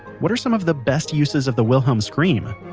what are some of the best uses of the wilhelm scream?